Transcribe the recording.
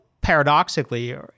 paradoxically